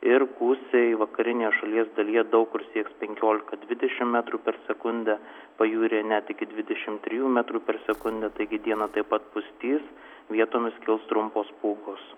ir gūsiai vakarinėje šalies dalyje daug kur sieks penkiolika dvidešim metrų per sekundę pajūryje net iki dvidešim trijų metrų per sekundę taigi dieną taip pat pustys vietomis kils trumpos pūgos